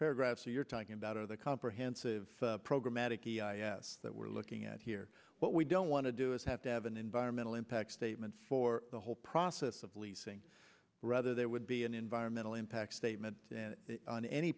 paragraphs of you're talking about are the comprehensive program matic that we're looking at here what we don't want to do is have to have an environmental impact statement for the whole process of leasing rather there would be an environmental impact statement on any